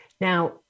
Now